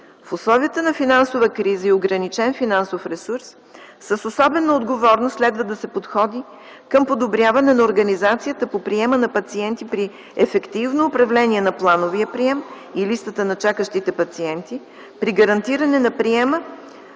В условията на финансова криза и ограничен финансов ресурс, с особена отговорност следва да се подходи към подобряване на организацията по приема на пациенти при ефективно управление на плановия прием и листата на чакащите пациенти, при гарантиране на приема